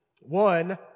One